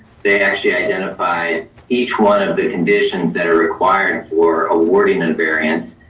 they actually identify each one of the conditions that are required for awarding and variance.